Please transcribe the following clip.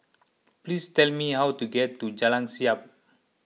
please tell me how to get to Jalan Siap